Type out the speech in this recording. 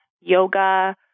yoga